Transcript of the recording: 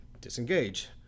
disengage